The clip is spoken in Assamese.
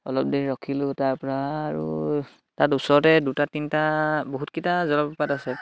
অলপ দেৰি ৰখিলোঁ তাৰপৰা আৰু তাৰ ওচৰতে দুটা তিনটা বহুতকেইটা জলপ্ৰপাত আছে